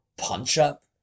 punch-up